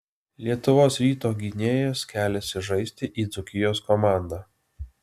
lietuvos ryto gynėjas keliasi žaisti į dzūkijos komandą